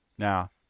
Now